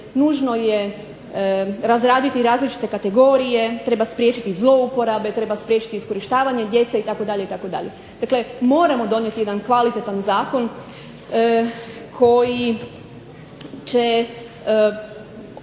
Nužno je razraditi različite kategorije. Treba spriječiti zlouporabe, treba spriječiti iskorištavanje djece itd. itd. Dakle, moramo donijeti jedan kvalitetan zakon koji će